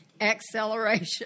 acceleration